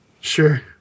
Sure